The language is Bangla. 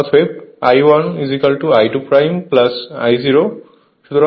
অতএব I1 I2 I₀ সুতরাং আমরা এখানে KCL অ্যাপ্লাই করেছি